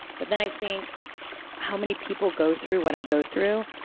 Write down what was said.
but then i think how many people go through what i go through.